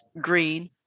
green